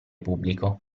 pubblico